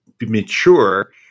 mature